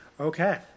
Okay